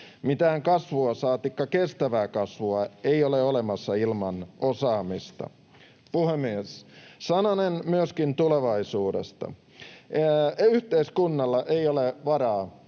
Mitään kasvua, saatikka kestävää kasvua, ei ole olemassa ilman osaamista. Puhemies! Sananen myöskin tulevaisuudesta. Yhteiskunnalla ei ole varaa